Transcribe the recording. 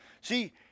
See